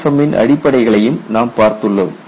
EPFM ன் அடிப்படைகளையும் நாம் பார்த்துள்ளோம்